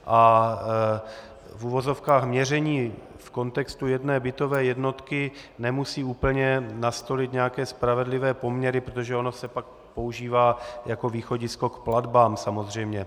A v uvozovkách měření v kontextu jedné bytové jednotky nemusí úplně nastolit nějaké spravedlivé poměry, protože ono se pak používá jako východisko k platbám za teplo samozřejmě.